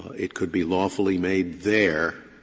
it could be lawfully made there,